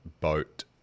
boat